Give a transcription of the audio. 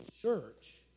church